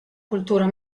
cultura